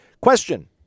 Question